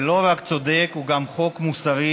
ולא רק צודק, הוא גם חוק מוסרי,